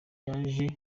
yaje